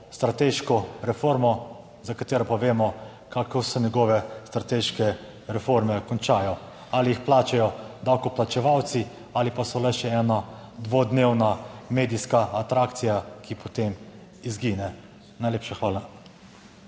strateško reformo, za katero pa vemo, kako se njegove strateške reforme končajo, ali jih plačajo davkoplačevalci ali pa so le še ena dvodnevna medijska atrakcija, ki potem izgine. Najlepša hvala.